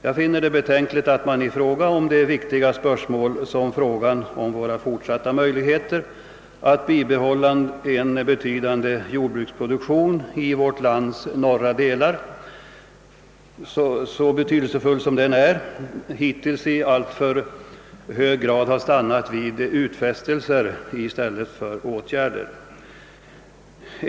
Jag finner det betänkligt att frågan om våra fortsatta möjligheter att bibehålla en betydande jordbruksproduktion i vårt lands norra delar — så betydelsefull som den är — hittills i alltför hög grad har stannat vid utfästelser i stället för åtgärder.